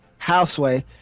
Houseway